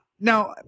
now